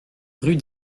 rue